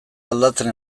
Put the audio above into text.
aldatzen